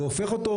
והופך אותו,